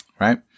right